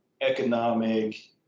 economic